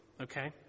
okay